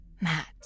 matt